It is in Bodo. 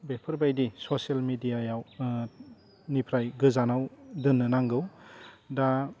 बेफोर बायदि ससियेल मेडियायाव निफ्राय गोजानाव दोन्नो नांगौ दा